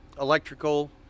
electrical